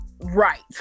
right